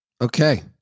Okay